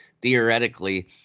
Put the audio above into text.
theoretically